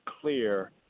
clear